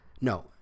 no